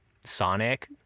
Sonic